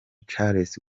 charles